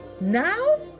Now